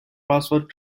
password